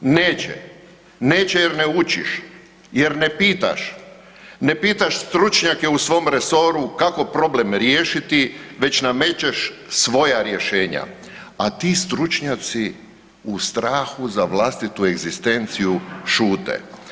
Neće, neće jer ne učiš, jer ne pitaš, ne pitaš stručnjake u svom resoru kako problem riješiti već namećeš svoja rješenja, a ti stručnjaci u strahu za vlastitu egzistenciju šute.